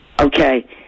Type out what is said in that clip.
Okay